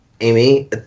Amy